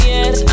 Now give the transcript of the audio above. Yes